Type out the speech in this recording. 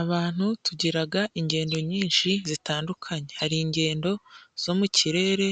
Abantu tugiraga ingendo nyinshi zitandukanye, hari ingendo zo mu kirere,